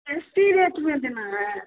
S T rate में देना है